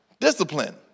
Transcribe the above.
discipline